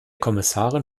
kommissarin